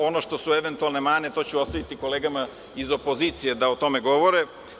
Ono što su eventualne mane, to ću ostaviti kolegama iz opozicije da o tome govore.